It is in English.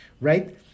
right